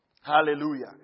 Hallelujah